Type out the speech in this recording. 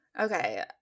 okay